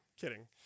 Kidding